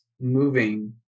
moving